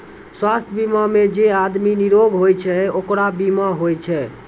स्वास्थ बीमा मे जे आदमी निरोग होय छै ओकरे बीमा होय छै